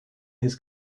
his